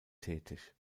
tätig